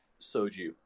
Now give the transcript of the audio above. soju